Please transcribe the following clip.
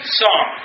song